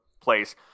place